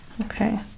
Okay